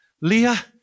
Leah